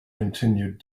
continued